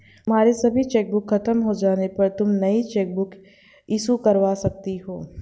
तुम्हारे सभी चेक खत्म हो जाने पर तुम नई चेकबुक इशू करवा सकती हो